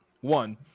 one